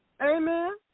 Amen